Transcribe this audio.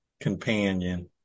companion